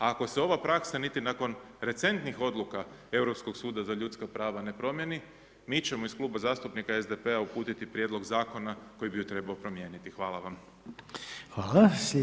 A ako se ova praksa niti nakon recentnih odluka Europskog suda za ljudska prava ne promijeni, mi ćemo iz kluba zastupnika SDP-a uputiti prijedlog zakona koji bi ju trebao promijeniti.